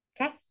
Okay